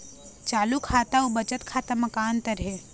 चालू खाता अउ बचत खाता म का अंतर हे?